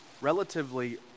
relatively